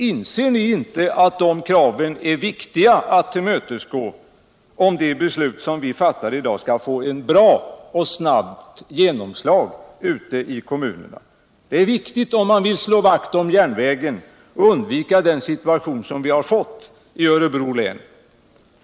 Inser ni inte att de kraven är viktiga att tillmötesgå, om det beslut som vi fattar i dag skall få ett bra och snabbt genomslag ute i kommunerna? Det är viktigt, om man vill slå vakt om järnvägen och undvika den situation som vi fått i Örebro län.